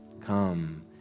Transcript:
Come